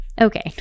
Okay